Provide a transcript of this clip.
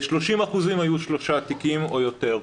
ל-30% היו שלושה תיקים או יותר,